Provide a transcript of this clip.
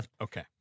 Okay